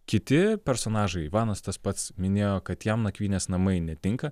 kiti personažai ivanas tas pats minėjo kad jam nakvynės namai netinka